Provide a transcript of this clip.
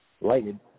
Lighted